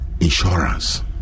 insurance